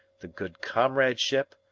the good comradeship,